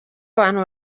abantu